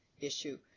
issue